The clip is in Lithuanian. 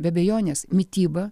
be abejonės mityba